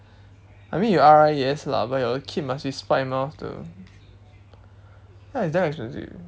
I mean you R_I yes lah but your kid must be smart enough to ya it's damn expensive